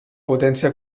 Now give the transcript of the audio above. potència